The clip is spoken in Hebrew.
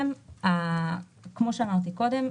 כפי שאמרתי קודם,